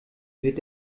wird